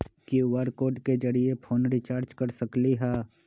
QR code के जरिय phone recharge कर सकली ह?